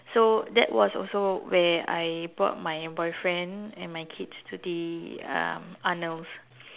so that was also where I brought my boyfriend and my kids to the um Arnolds